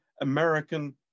American